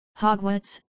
Hogwarts